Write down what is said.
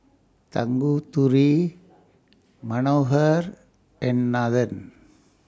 Tanguturi Manohar and Nathan